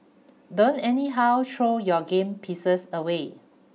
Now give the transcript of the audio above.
don't anyhow throw your game pieces away